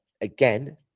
again